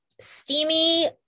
Steamy